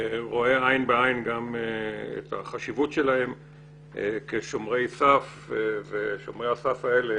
הוא רואה עין בעין גם את החשיבות שלהם כשומרי סף ושומרי הסף האלה